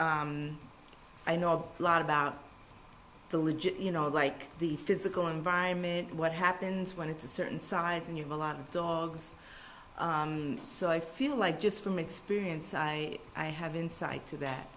i know a lot about the legit you know like the physical environment what happens when it's a certain size and you're a lot of dogs so i feel like just from experience i i have insight to that